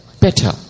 better